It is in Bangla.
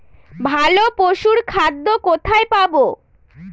ভালো পশুর খাদ্য কোথায় পাবো?